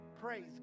Praise